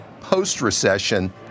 post-recession